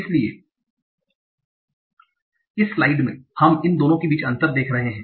इसलिए इस स्लाइड में हम इन दोनों के बीच अंतर देख रहे हैं